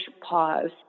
pause